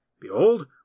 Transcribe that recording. Behold